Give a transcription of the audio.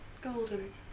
Golden